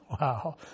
Wow